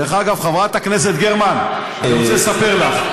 דרך אגב, חברת הכנסת גרמן, אני רוצה לספר לך.